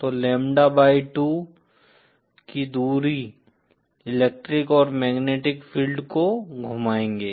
तो lambda by two की दूरी इलेक्ट्रिक और मैग्नेटिक फील्ड को घुमाएंगे